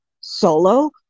solo